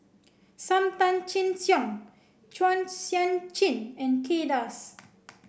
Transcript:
Sam Tan Chin Siong Chua Sian Chin and Kay Das